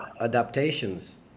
adaptations